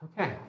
Okay